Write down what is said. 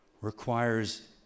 requires